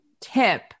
tip